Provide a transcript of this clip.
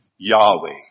Yahweh